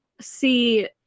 see